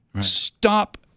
stop